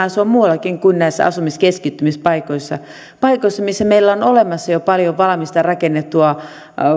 asua muuallakin kuin näissä asumiskeskittymispaikoissa paikoissa missä meillä on jo olemassa paljon valmista rakennettua